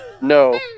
no